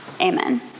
Amen